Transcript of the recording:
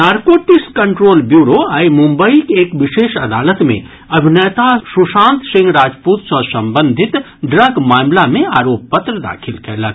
narcotics control bureau आइ मुम्बईक एक विशेष अदालत मे अभिनेता सुशांत सिंह राजपूत सँ संबंधित ड्रग मामिला मे आरोप पत्र दाखिल कयलक